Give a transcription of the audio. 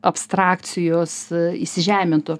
abstrakcijos įsižemintų